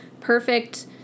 perfect